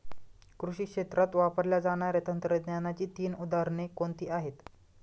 कृषी क्षेत्रात वापरल्या जाणाऱ्या तंत्रज्ञानाची तीन उदाहरणे कोणती आहेत?